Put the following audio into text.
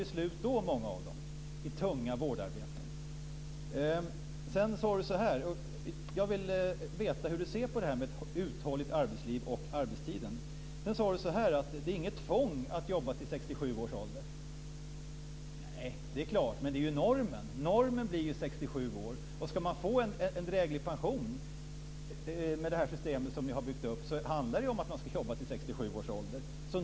Redan då är många av dem slut i tunga vårdarbeten. Jag vill alltså veta hur du ser på detta med ett uthålligt arbetsliv och arbetstiden. Du sade att det inte är ett tvång att jobba till 67 års ålder - nej, det är klart. Men normen blir ju 67 år. För att få en dräglig pension med det system som ni har byggt upp handlar det om att man ska jobba till 67 års ålder.